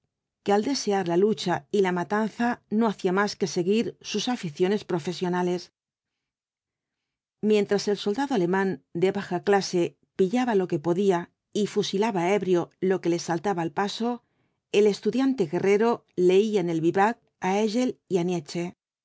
que al desear la lucha y la matanza no hacía más que seguir sus aficiones profesionales mientras el soldado alemán de baja clase pillaba lo que podía y fusilaba ebrio lo que le saltaba al paso el estudiante guerrero leía en el vivac á hégel y